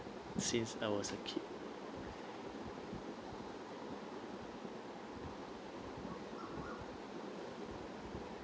since I was a kid